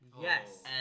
Yes